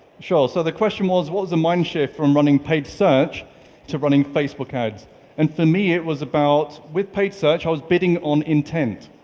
sure, so the question was, what was the mind shift from running paid search to running facebook ads and for me, it was about with paid search, i was bidding on intent.